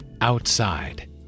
outside